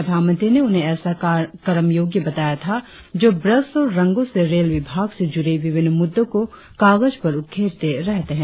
प्रधानमंत्री ने उन्हें ऐसा कर्मयोगी बताया था जो ब्रश और रंगो से रेल विभाग से जुड़े विभिन्न मुद्दो को कागज पर उकेरते रहते है